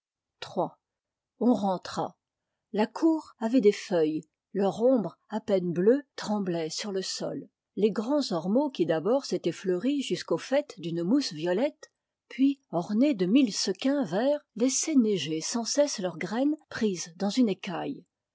on rentra la cour avait des feuilles leur ombre à peine bleue tremblait sur le sol les grands ormeaux qui d'abord s'étaient fleuris jusqu'au faite d'une mousse violette puis ornés de mille sequins verts laissaient neiger sans cesse leurs graines prises dans une écaille